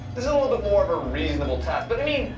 this is a little bit more of a reasonable test but i mean,